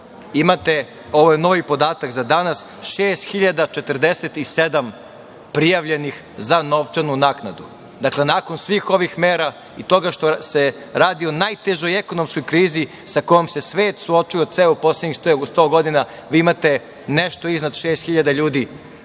imate, ovo je novi podatak za danas, 6.047 prijavljenih za novčanu naknadu. Nakon svih ovih mera i toga što se radi o najtežoj ekonomskoj krizi sa kojom se svet suočio ceo u poslednjih 100 godina, vi imate nešto iznad 6.000 ljudi